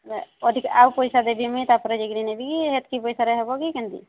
ଅଧିକା ଆଉ ପଇସା ଦେବି ମୁଁ ତାପରେ ଯାଇକି ନେବି କି ସେତିକି ପଇସାରେ ହେବ କି କେମିତି